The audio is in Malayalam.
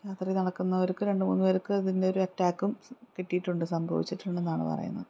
രാത്രി നടക്കുന്നവർക്ക് രണ്ട് മൂന്നുപേർക്ക് അതിൻ്റെ ഒരു അറ്റാക്കും കിട്ടിയിട്ടുണ്ട് സംഭവിച്ചിട്ടുണ്ടെന്നാണ് പറയുന്നത്